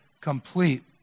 complete